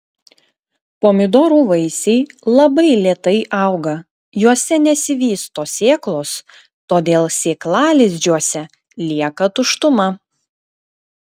pomidorų vaisiai labai lėtai auga juose nesivysto sėklos todėl sėklalizdžiuose lieka tuštuma